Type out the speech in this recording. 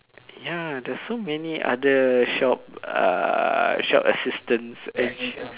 ya there's so many other shop uh shop assistants and